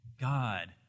God